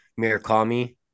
Mirakami